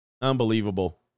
unbelievable